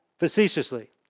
facetiously